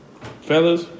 Fellas